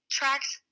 tracks